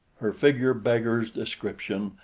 her figure beggars description,